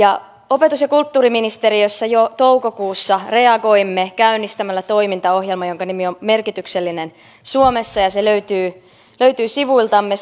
ja hyväksyä erilaisuutta opetus ja kulttuuriministeriössä jo toukokuussa reagoimme käynnistämällä toimintaohjelman jonka nimi on merkityksellinen suomessa ja se löytyy löytyy sivuiltamme